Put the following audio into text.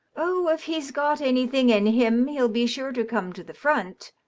oh, if he's got anything in him he'll be sure to come to the front,